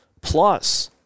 Plus